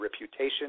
reputation